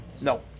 No